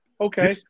Okay